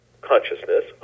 consciousness